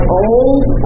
old